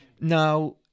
Now